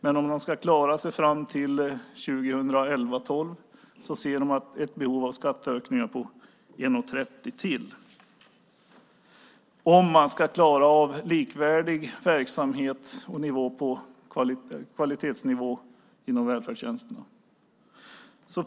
Men om man ska klara sig fram till 2011 och 2012 ser man ett behov av skatteökningar på 1:30 kronor till, om man ska klara av likvärdig verksamhet och kvalitetsnivå inom välfärdstjänsterna.